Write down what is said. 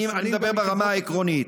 אני מדבר ברמה העקרונית.